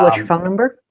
but your phone number?